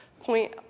point